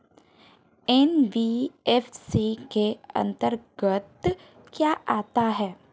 NBFC के अंतर्गत क्या आता है?